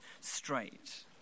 straight